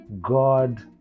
God